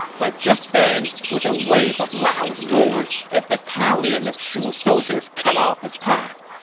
but just then, with a wave of loud roars, a battalion of shu soldiers cut off his path.